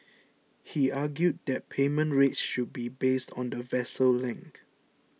he argued that payment rates should be based on the vessel length